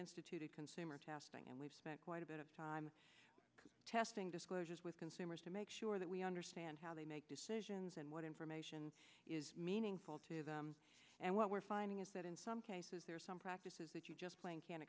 instituted consumer testing and we've spent quite a bit of time testing disclosures with consumers to make sure that we understand how they make decisions and what information is meaningful to them and what we're finding is that in some cases there are some practices that you just plain can't